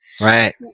right